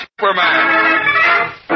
Superman